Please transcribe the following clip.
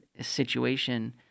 situation